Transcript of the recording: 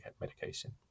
medication